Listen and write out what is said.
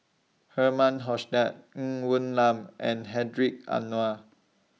Herman Hochstadt Ng Woon Lam and Hedwig Anuar